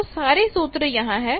तो सारे सूत्र यहां है